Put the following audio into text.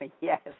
Yes